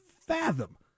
fathom